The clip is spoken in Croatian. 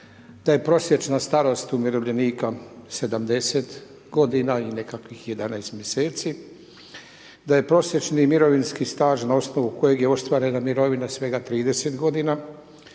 Da je prosječna starost umirovljenika 70 g. i nekakvih 11 mjeseci. Da je prosjeći mirovinski staž, na osnovnu kojeg je ostvarena mirovina svega 30 g. i